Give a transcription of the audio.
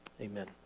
amen